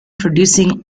producing